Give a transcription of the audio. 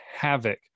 havoc